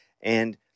and-